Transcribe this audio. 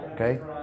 okay